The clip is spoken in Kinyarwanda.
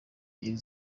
iri